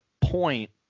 point